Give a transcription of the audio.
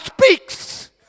speaks